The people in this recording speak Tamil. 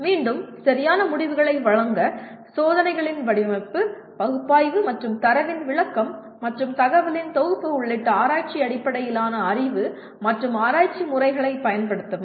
மீண்டும் சரியான முடிவுகளை வழங்க சோதனைகளின் வடிவமைப்பு பகுப்பாய்வு மற்றும் தரவின் விளக்கம் மற்றும் தகவலின் தொகுப்பு உள்ளிட்ட ஆராய்ச்சி அடிப்படையிலான அறிவு மற்றும் ஆராய்ச்சி முறைகளைப் பயன்படுத்தவும்